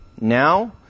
Now